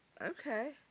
Okay